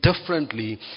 differently